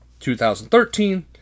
2013